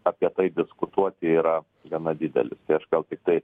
apie tai diskutuoti yra gana didelis tai aš gal tiktai